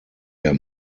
der